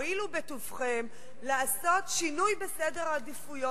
הואילו בטובכן לעשות שינוי בסדר העדיפויות.